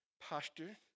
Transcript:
posture